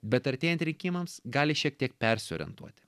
bet artėjant rinkimams gali šiek tiek persiorientuoti